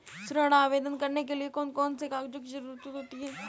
ऋण आवेदन करने के लिए कौन कौन से कागजों की जरूरत होती है?